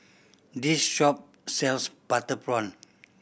this shop sells butter prawn